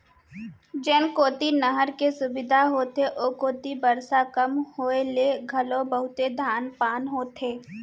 जेन कोती नहर के सुबिधा होथे ओ कोती बरसा कम होए ले घलो बहुते धान पान होथे